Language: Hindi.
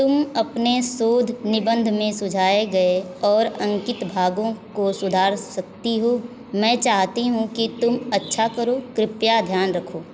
तुम अपने शोध निबंध में सुझाए गए और अंकित भागों को सुधार सकती हो मैं चाहती हूँ कि तुम अच्छा करो कृपया ध्यान रखो